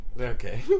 Okay